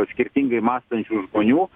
skirtingai mąstančių žmonių